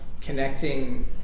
connecting